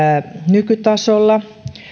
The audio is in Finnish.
nykytasolla